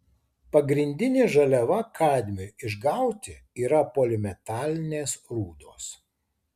pagrindinė žaliava kadmiui išgauti yra polimetalinės rūdos